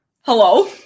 Hello